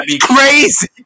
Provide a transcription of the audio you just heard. crazy